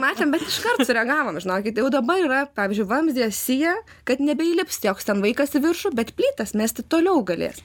matėm bet iš kart sureagavom žinokit jau dabar yra pavyzdžiui vamzdyje sija kad nebeįlips joks ten vaikas į viršų bet plytas mesti toliau galės